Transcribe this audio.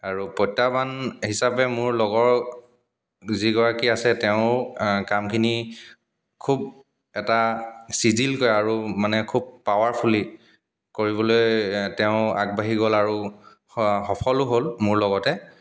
আৰু প্ৰত্যাহ্বান হিচাপে মোৰ লগৰ যিগৰাকী আছে তেওঁ কামখিনি খুব এটা চিজিলকৈ আৰু মানে খুব পাৱাৰফুলি কৰিবলৈ তেওঁ আগবাঢ়ি গ'ল আৰু সফলো হ'ল মোৰ লগতে